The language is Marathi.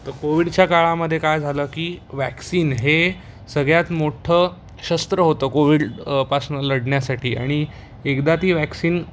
तर कोविडच्या काळामध्ये काय झालं की वॅक्सीन हे सगळ्यात मोठं शस्त्र होतं कोविड पासनं लढण्यासाठी आणि एकदा ती वॅक्सीन